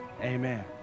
amen